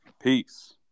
Peace